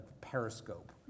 periscope